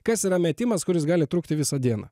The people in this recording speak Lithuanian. kas yra metimas kuris gali trukti visą dieną